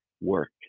work